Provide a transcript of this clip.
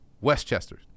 Westchester